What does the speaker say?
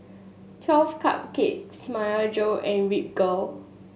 Twelve Cupcakes Myojo and Ripcurl